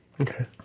Okay